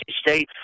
State